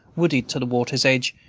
wooded to the water's edge,